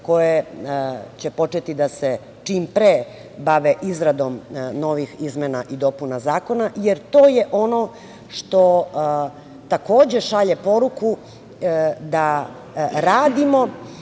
koje će početi da se čim pre bave izradom novih izmena i dopuna zakona, jer to je ono što takođe šalje poruku da radimo,